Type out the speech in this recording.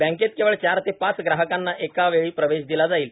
बँकेत केवळ चार ते पाच ग्राहकांना एका वेळी प्रवेश दिला जाईल